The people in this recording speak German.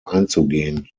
einzugehen